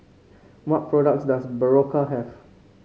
what products does Berocca have